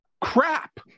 Crap